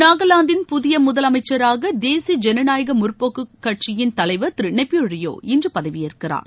நாகலாந்தின் புதிய முதலமைச்சராக தேசிய ஜனநாயக முற்போக்கு கட்சியிள் தலைவர் திரு நெய்பியூ ரியோ இன்று பதவியேற்கிறார்